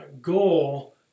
goal